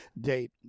date